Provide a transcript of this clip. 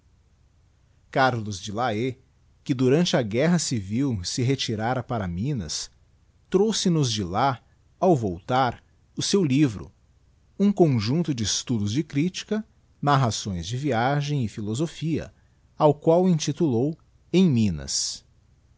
carlos de laet que durante a guerra civil se retirara para minas trouxe-nos de lá ao voltar o seu livro um conjuncto de estudos de critica narrações de viagem e philosophia ao qual intitulou em minas